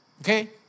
Okay